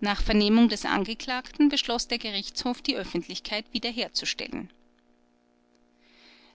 nach vernehmung des angeklagten beschloß der gerichtshof die öffentlichkeit wiederherzustellen